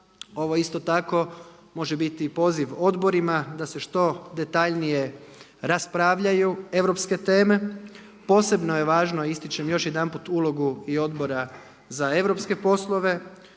Ovo isto tako može biti poziv odborima da se što detaljnije raspravljaju europske teme. Posebno je važno a ističem još jedanput ulogu i Odbora za europske poslove